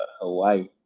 Hawaii